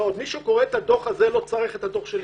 מי שקורא את בדוח הזה לא צריך את הדוח שלי.